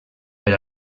per